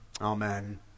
Amen